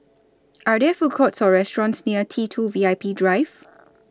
Are There Food Courts Or restaurants near T two V I P Drive